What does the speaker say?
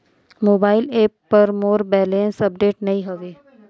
mobile app पर मोर balance update नई हवे